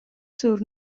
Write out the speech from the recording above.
sur